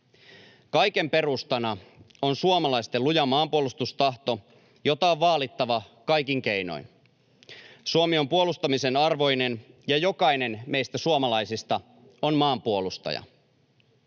Kaiken perustana on suomalaisten luja maanpuolustustahto, jota on vaalittava kaikin keinoin. Suomi on puolustamisen arvoinen, ja jokainen meistä suomalaisista on maanpuolustaja.